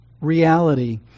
reality